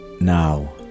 now